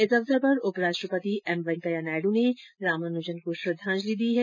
इस अवसर पर उप राष्ट्रपति एम वैंकेया नायडु ने रामानुजन को श्रद्धांजलि दी है